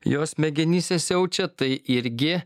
jo smegenyse siaučia tai irgi